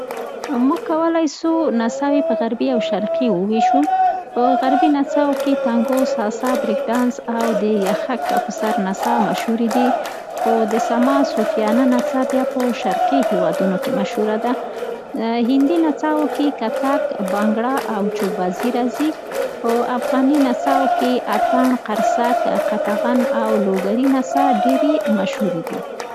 موږ کولای سو نڅاوې په غربي او شرقي وویشو. په غربي نڅاوو کې: تانګو، ساسا، برېک ډانس او د یخک په سر نڅا مشهورې دي، خو د سما صوفانه نڅا بیا په شرقي هېوادونو کې مشهوره ده. هندي نڅاوو کې: کتک، بانګړا او چوب بازي راځي. په افغاني نڅاوو کې: اټن، قرصک ، قطغن او لوګري نڅا ډېرې زیاتې مشهوري دي.